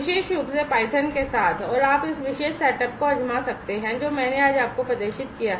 विशेष रूप से python के साथ और आप इस विशेष सेटअप को आज़मा सकते हैं जो मैंने आज आपको प्रदर्शित किया है